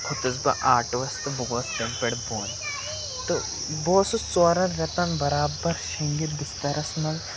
کھوٚتُس بہٕ آٹوَس تہٕ بہٕ گوس تَمہِ پٮ۪ٹھ بوٚن تہٕ بہٕ اوسُس ژورَن رٮ۪تَن بَرابَر شیٚنٛگہِ بِستَرَس منٛز